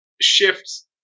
shifts